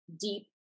deep